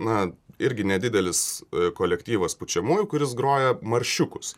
na irgi nedidelis kolektyvas pučiamųjų kuris groja maršiukus